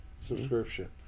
subscription